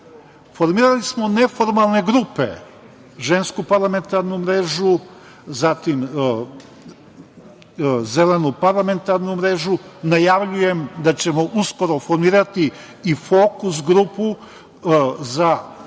Formirali smo neformalne grupe "Žensku parlamentarnu mrežu", zatim "Zelenu parlamentarnu mrežu". Najavljujem da ćemo uskoro formirati i "Fokus grupu za